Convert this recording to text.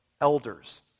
elders